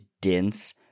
dense